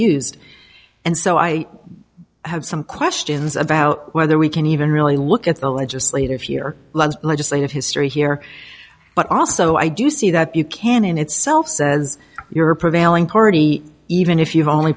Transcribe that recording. used and so i have some questions about whether we can even really look at the legislative year legislative history here but also i do see that you can in itself says your prevailing party even if you've only